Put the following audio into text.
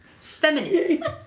feminists